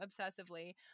obsessively